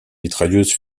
mitrailleuse